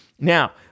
Now